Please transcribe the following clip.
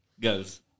Girls